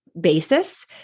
basis